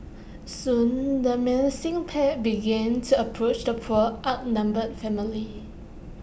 soon the menacing pack began to approach the poor outnumbered family